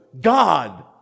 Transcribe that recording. God